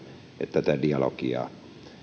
että tätä